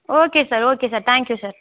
okay sir okay sir thank you sir